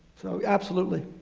so absolutely.